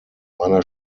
meiner